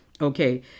Okay